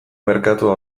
merkatua